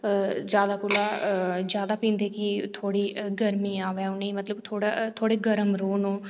जादा कोला जादा पींदे कि थोह्ड़ी गर्मी आवै इनेंगी मतलब थोह्ड़े गर्म रौह्न ओह्